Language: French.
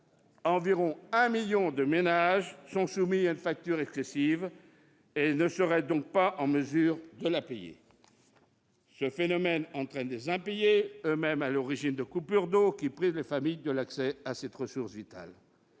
environ un million de ménages sont confrontés à une facture excessive et ne seraient donc pas en mesure de la payer. Ce phénomène entraîne des impayés, eux-mêmes à l'origine de coupures d'eau, qui privent des familles de l'accès à cette ressource vitale.